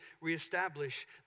reestablish